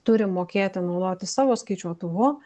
turi mokėti naudotis savo skaičiuotuvu